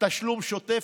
תשלום שוטף.